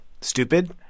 Stupid